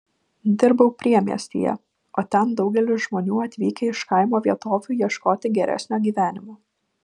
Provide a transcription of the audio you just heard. dirbau priemiestyje o ten daugelis žmonių atvykę iš kaimo vietovių ieškoti geresnio gyvenimo